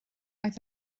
oedd